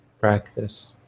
practice